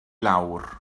lawr